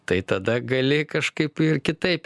tai tada gali kažkaip kitaip